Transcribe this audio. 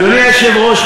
אדוני היושב-ראש,